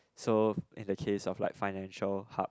so in the case if like financial hub